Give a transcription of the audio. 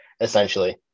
essentially